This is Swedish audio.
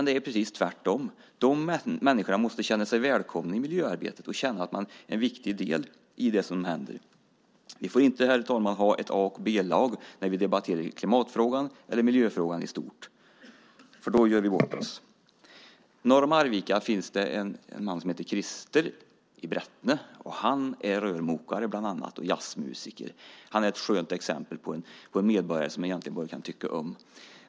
Det är precis tvärtom - dessa människor måste känna sig välkomna i miljöarbetet och känna att de är en viktig del i det som händer. Vi får inte heller, herr talman, ha ett A och ett B-lag när vi debatterar klimat och miljöfrågor i stort. I så fall gör vi bort oss. Norr om Arvika, i Brättne, finns en man som heter Christer. Han är bland annat rörmokare och jazzmusiker. Han är ett skönt exempel på en medborgare som man bara kan tycka om.